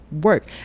work